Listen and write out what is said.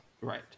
Right